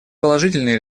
положительные